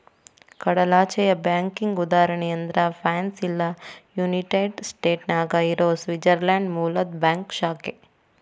ಕಡಲಾಚೆಯ ಬ್ಯಾಂಕಿಗಿ ಉದಾಹರಣಿ ಅಂದ್ರ ಫ್ರಾನ್ಸ್ ಇಲ್ಲಾ ಯುನೈಟೆಡ್ ಸ್ಟೇಟ್ನ್ಯಾಗ್ ಇರೊ ಸ್ವಿಟ್ಜರ್ಲ್ಯಾಂಡ್ ಮೂಲದ್ ಬ್ಯಾಂಕ್ ಶಾಖೆ